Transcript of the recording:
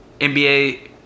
NBA